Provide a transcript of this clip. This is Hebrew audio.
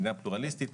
מדינה פלורליסטית.